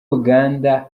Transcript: uganda